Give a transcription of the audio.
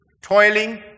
toiling